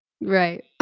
Right